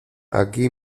aquí